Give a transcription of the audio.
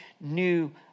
new